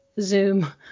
zoom